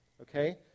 Okay